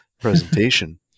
presentation